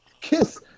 Kiss